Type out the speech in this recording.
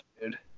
dude